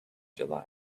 july